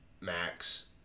max